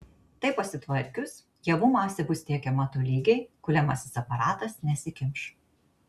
tai pasitvarkius javų masė bus tiekiama tolygiai kuliamasis aparatas nesikimš